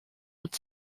und